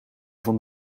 van